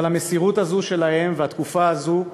אבל המסירות הזו שלהם והתקופה הזו,